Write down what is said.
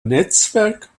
netzwerk